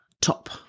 top